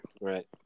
right